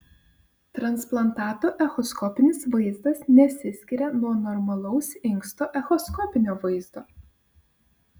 transplantato echoskopinis vaizdas nesiskiria nuo normalaus inksto echoskopinio vaizdo